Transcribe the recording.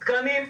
תקנים,